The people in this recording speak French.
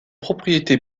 propriété